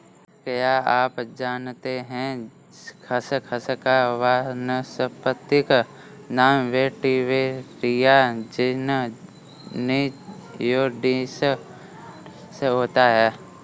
क्या आप जानते है खसखस का वानस्पतिक नाम वेटिवेरिया ज़िज़नियोइडिस होता है?